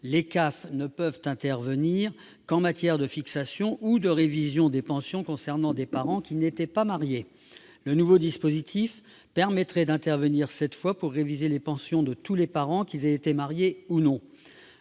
pour l'instant intervenir qu'en matière de fixation ou de révision de pensions concernant des parents qui n'étaient pas mariés. Le nouveau dispositif permettrait d'intervenir cette fois pour réviser les pensions de tous les parents, qu'ils aient été mariés ou non.